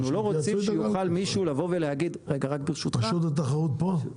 אנחנו לא רוצים שיוכל מישהו לבוא ולהגיד --- רשות התחרות פה?